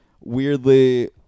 weirdly